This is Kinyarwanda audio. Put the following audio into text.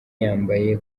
yambaye